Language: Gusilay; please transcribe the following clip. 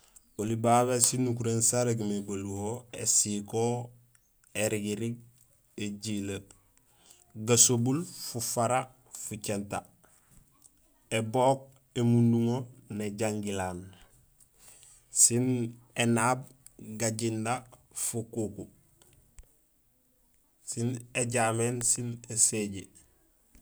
Oli babé sinukuréén sarégmé baluho ésiko érigirig éjilee gasobul fufara fucinta ébook némunduŋo néjangilaan sin énaab gajinda fukuku sin éjaméén sin éséjee.